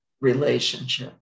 relationship